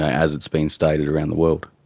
as it is being stated around the world.